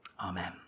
Amen